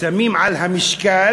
שמים על המשקל,